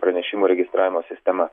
pranešimų registravimo sistemą